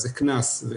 זה קנס.